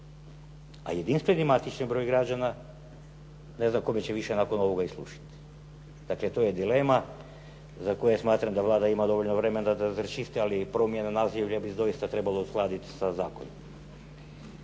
A jedinstveni matični broj građana ne znam kome će više nakon ovoga i služiti. Dakle, to je dilema za koju smatram da Vlada ima dovoljno vremena da to raščisti, ali promjena naziva bi zaista trebalo uskladiti sa zakonom.